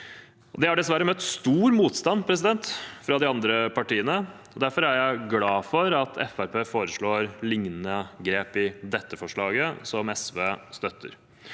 Det har dessverre møtt stor motstand fra de andre partiene. Derfor er jeg glad for at Fremskrittspartiet foreslår lignende grep i dette forslaget, som SV støtter.